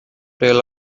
tell